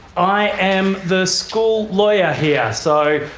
i am the school lawyer here. yeah so,